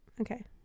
Okay